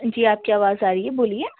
جی آپ کی آواز آ رہی ہے بولیے